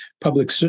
public